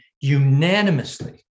unanimously